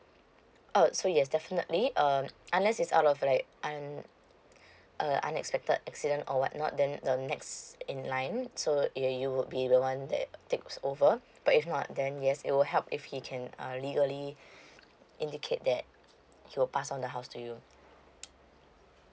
uh so yes definitely um unless is out of like un~ err unexpected accident or what not then uh the next in line so you you would be the one that takes over but if not then yes it will help if he can uh legally indicate that he will pass on the house to you